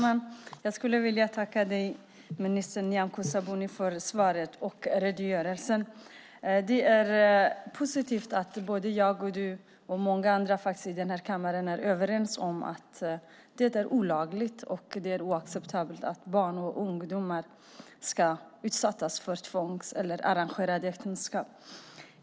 Herr talman! Jag vill tacka minister Nyamko Sabuni för svaret och redogörelsen. Det är positivt att ministern, jag och många andra här i kammaren är överens om att det är olagligt och oacceptabelt att barn och ungdomar utsätts för tvångsäktenskap eller arrangerade äktenskap.